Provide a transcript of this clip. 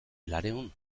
laurehun